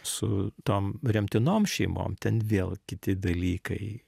su tom remtinom šeimom ten vėl kiti dalykai